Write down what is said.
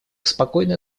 спокойно